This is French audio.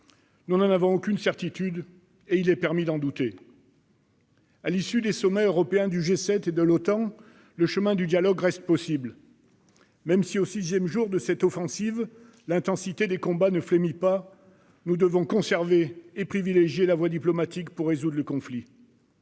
Nous n'en avons aucune certitude et il est permis d'en douter. À l'issue des sommets européens, des réunions du G7 et de l'OTAN, le chemin du dialogue reste possible. Même si, au sixième jour de cette offensive, l'intensité des combats ne faiblit pas, nous devons conserver et privilégier la voie diplomatique pour résoudre le conflit.